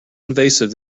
invasive